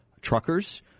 Truckers